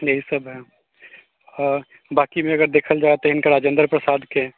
यही सभ हइ बाकीमे अगर देखल जाइ तऽ हिनकर राजेन्द्र प्रसादके